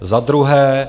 Za druhé.